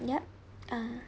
yup uh